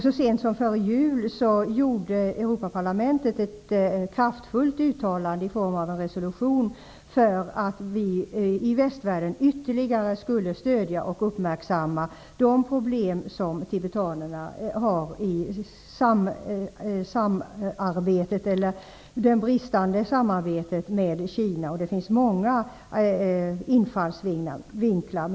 Så sent som före jul gjorde Europaparlamentet ett kraftfullt uttalande i form av en resolution för att vi i västvärlden ytterligare skulle stödja och uppmärksamma de problem som tibetanerna har när det gäller det bristande samarbetet med Kina. Det finns många infallsvinklar.